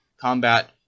combat